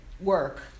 work